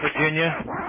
Virginia